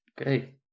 Okay